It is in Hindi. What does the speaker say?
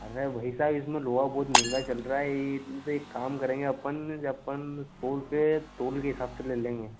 अरे भाई साहब इस समय लोहा बहुत महंगा चल रहा है यह काम करेंगे अपन अपन तोल कर तोल कर हिसाब से ले लेंगे